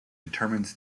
determines